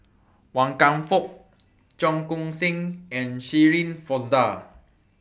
Wan Kam Fook Cheong Koon Seng and Shirin Fozdar